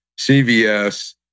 CVS